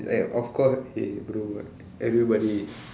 like of course eh bro everybody